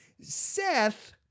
Seth